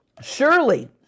Surely